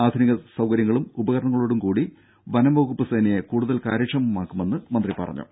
ആധുനിക സൌകര്യങ്ങളും ഉപകരണങ്ങളോടുംകൂടി വനം വകുപ്പ് സേനയെ കൂടുതൽ കാര്യക്ഷമമാക്കുമെന്ന് മന്ത്രി പറഞ്ഞു